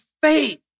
faith